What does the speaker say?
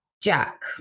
Jack